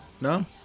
No